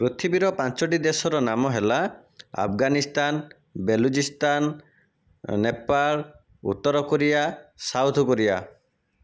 ପୃଥିବୀର ପାଞ୍ଚଟି ଦେଶର ନାମ ହେଲା ଆଫଗାନିସ୍ତାନ ବଲୋଚିସ୍ତାନ ନେପାଳ ଉତ୍ତରକୋରିଆ ସାଉଥକୋରିଆ